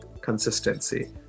consistency